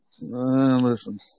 Listen